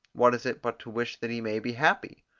what is it but to wish that he may be happy?